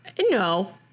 No